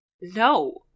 No